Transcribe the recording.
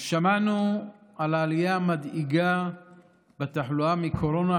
שמענו על העלייה המדאיגה בתחלואה מקורונה,